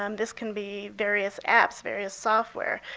um this can be various apps, various software.